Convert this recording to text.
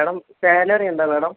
madam salary എന്താണ് madam